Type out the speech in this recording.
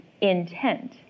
intent